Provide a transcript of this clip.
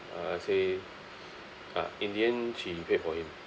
uh I say uh in the end she paid for him